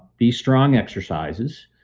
b strong exercises